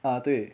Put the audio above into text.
啊对